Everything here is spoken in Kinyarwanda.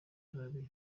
harare